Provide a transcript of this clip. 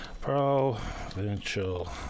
Provincial